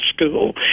school